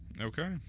Okay